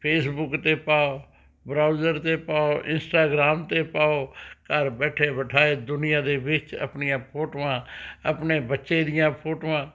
Facebook 'ਤੇ ਪਾਉ browser 'ਤੇ ਪਾਉ ਇੰਸਟਾਗਰਾਮ 'ਤੇ ਪਾਉ ਘਰ ਬੈਠੇ ਬਿਠਾਏ ਦੁਨੀਆਂ ਦੇ ਵਿੱਚ ਆਪਣੀਆਂ ਫੋਟੋਆਂ ਆਪਣੇ ਬੱਚੇ ਦੀਆਂ ਫੋਟੋਆਂ